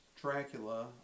Dracula